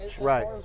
Right